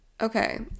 Okay